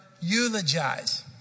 eulogize